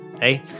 Hey